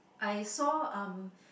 I saw um